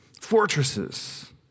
Fortresses